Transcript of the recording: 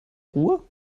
ruhr